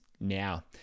now